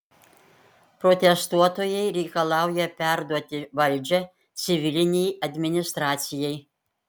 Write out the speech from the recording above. protestuotojai reikalauja perduoti valdžią civilinei administracijai